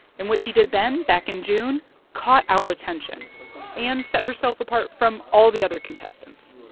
and what she did then back in june caught our attention and set herself apart from all the other contestants